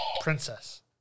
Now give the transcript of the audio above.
Princess